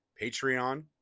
Patreon